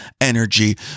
energy